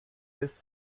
this